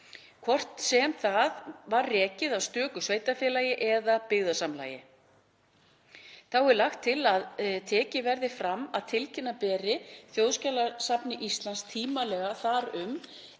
hvort sem það var rekið af stöku sveitarfélagi eða af byggðasamlagi. Þá er lagt til að tekið verði fram að tilkynna beri Þjóðskjalasafni Íslands tímanlega þar um,